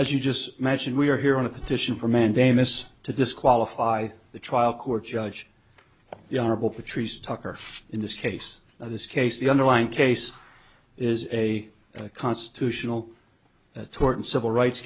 as you just imagine we are here on a petition for mandamus to disqualify the trial court judge the honorable patrice tucker in this case of this case the underlying case is a constitutional tort and civil rights